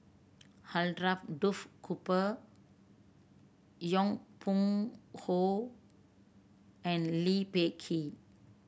Alfred Duff Cooper Yong Pung How and Lee Peh Gee